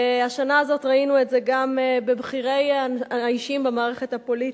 והשנה הזאת ראינו את זה גם בבכירי האישים במערכת הפוליטית,